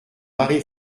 marie